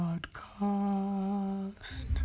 Podcast